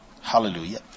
Hallelujah